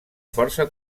força